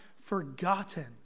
forgotten